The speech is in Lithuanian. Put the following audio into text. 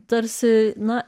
tarsi na